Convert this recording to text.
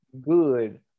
good